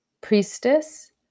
priestess